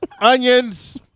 Onions